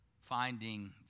finding